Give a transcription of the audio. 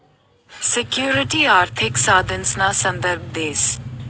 security आर्थिक साधनसना संदर्भ देस